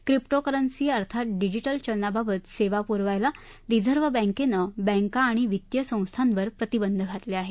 cryptocurrency अर्थात digital चलनाबाबत सेवा पुरवायला रिझर्व्ह बँकेनं बँका आणि वित्तीय संस्थांवर प्रतिबंध घातले आहेत